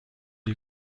you